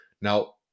Now